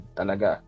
talaga